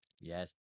yes